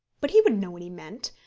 but he would know what he meant,